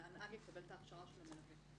שהנהג יקבל את ההכשרה של מלווה,